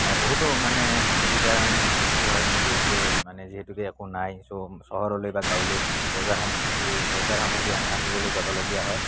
বহুতো মানে অসুবিধা মানে সৃষ্টি হয় গুড়িতে মানে যিহেতুকে একো নাই চ' চহৰলৈ বা গাঁৱলৈ বজাৰ সামগ্ৰী বজাৰ সামগ্ৰী আনিবলৈ যাবলগীয়া হয়